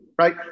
Right